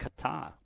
Qatar